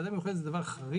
ועדה מיוחדת זה דבר חריג.